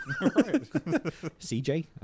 CJ